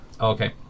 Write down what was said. Okay